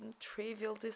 trivial